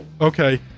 okay